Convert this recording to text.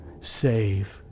save